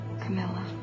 Camilla